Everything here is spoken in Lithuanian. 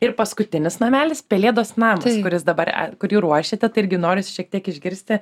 ir paskutinis namelis pelėdos namas kuris dabar kurį ruošiate tai irgi norisi šiek tiek išgirsti